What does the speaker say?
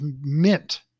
mint